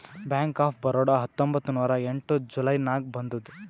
bank of Baroda ಹತ್ತೊಂಬತ್ತ್ ನೂರಾ ಎಂಟ ಜುಲೈ ನಾಗ್ ಬಂದುದ್